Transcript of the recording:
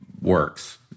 works